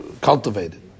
cultivated